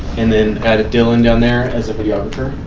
and then added dylan down there as a videographer.